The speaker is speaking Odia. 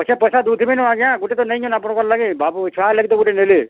ପଛେ ପଇସା ଦେଉଥିବେ ନ ଆଜ୍ଞା ଗୁଟେ ତ ନେଇଯାଅନ୍ ଆପଣଙ୍କର୍ ଲାଗି ବାବୁ ଛୁଆ ଲାଗି ତ ଗୋଟେ ନେଲେ